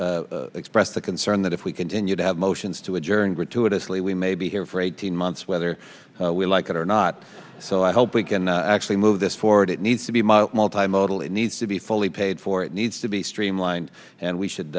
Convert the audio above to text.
however expressed a concern that if we continue to have motions to adjourn gratuitously we may be here for eighteen months whether we like it or not so i hope we can actually move this forward it needs to be my small time odal it needs to be fully paid for it needs to be streamlined and we should